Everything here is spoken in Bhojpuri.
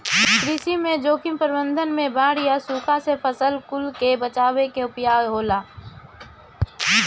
कृषि में जोखिम प्रबंधन में बाढ़ या सुखा से फसल कुल के बचावे के उपाय होला